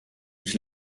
mis